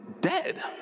dead